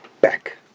back